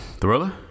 Thriller